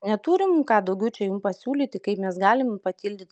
neturim ką daugiau čia jum pasiūlyti kaip mes galim patildyt